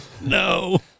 no